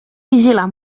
vigilar